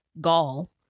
gall